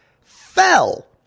fell